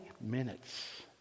minutes